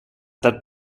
that